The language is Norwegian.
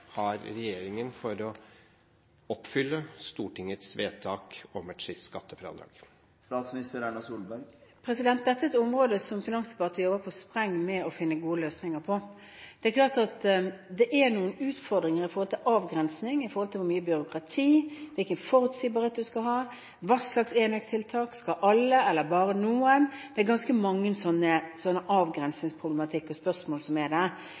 har regjeringen for å oppfylle Stortingets vedtak om et slikt skattefradrag? Dette er et område som Finansdepartementet jobber på spreng med å finne gode løsninger på. Det er klart at det er noen utfordringer med hensyn til avgrensning, med hensyn til hvor mye byråkrati man skal ha, hvilken forutsigbarhet man skal ha, hva slags enøktiltak – skal det være alle eller bare noen – det er ganske mye avgrensningsproblematikk i spørsmålene der. Dette skal i utgangspunktet være et rettighetsbasert system. Det